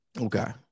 Okay